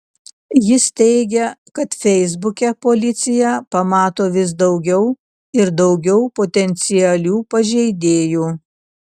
jis teigia kad feisbuke policija pamato vis daugiau ir daugiau potencialių pažeidėjų